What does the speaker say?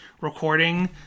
recording